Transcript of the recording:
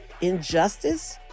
injustice